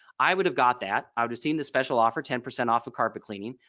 i would have got that i would've seen the special offer ten percent off a carpet cleaning.